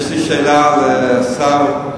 יש לי שאלה לשר.